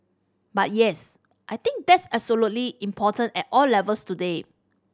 but yes I think that's absolutely important at all levels today